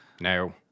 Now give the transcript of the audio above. no